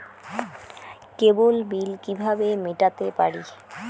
কেবল bill কিভাবে মেটাতে পারি?